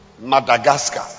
Madagascar